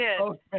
Okay